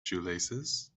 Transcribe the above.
shoelaces